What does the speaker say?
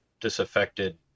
disaffected